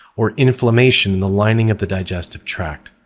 or inflammation in the lining of the digestive tract.